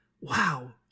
Wow